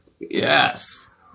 yes